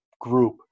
group